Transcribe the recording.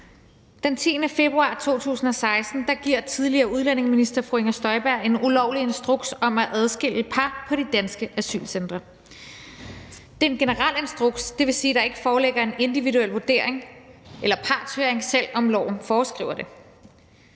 Den 10. februar 2016 giver tidligere udlændinge- og integrationsminister fru Inger Støjberg en ulovlig instruks om at adskille par på de danske asylcentre. Det er en generel instruks, og det vil sige, at der ikke foreligger en individuel vurdering eller partshøring, selv om loven foreskriver det.